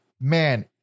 man